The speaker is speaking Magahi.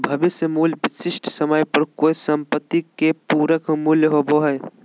भविष्य मूल्य विशिष्ट समय पर कोय सम्पत्ति के पूरक मूल्य होबो हय